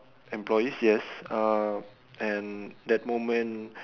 employees yes uh and that moment